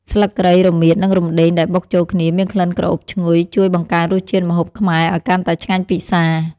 ស្លឹកគ្រៃ រមៀត និងរំដេងដែលបុកចូលគ្នាមានក្លិនក្រអូបឈ្ងុយជួយបង្កើនរសជាតិម្ហូបខ្មែរឱ្យកាន់តែឆ្ងាញ់ពិសា។